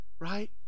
right